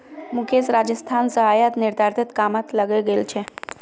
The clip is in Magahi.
मुकेश राजस्थान स आयात निर्यातेर कामत लगे गेल छ